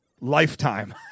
lifetime